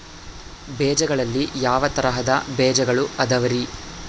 ಬೇಜಗಳಲ್ಲಿ ಯಾವ ತರಹದ ಬೇಜಗಳು ಅದವರಿ?